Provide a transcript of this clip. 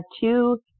two